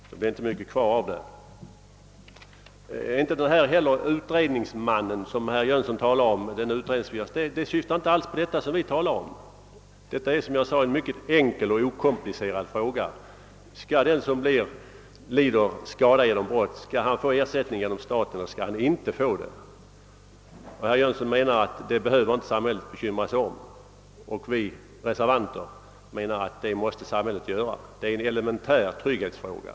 Det blev inte mycket kvar av det ansvarstagandet. Inte heller syftar herr Jönssons tal om utredningsmannen på det som vi nu talar om. Det är, såsom jag sade, en mycket enkel och okomplicerad fråga: Skall den som lider skada genom brott som förövas mot honom erhålla ersättning genom staten, eller skall han det inte? Herr Jönsson tycks mena, att samhället inte behöver bekymra sig om detta, medan vi reservanter anser, att det måste samhället göra. Detta är en elementär trygghetsfråga.